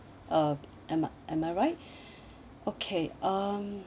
um am I am I right okay um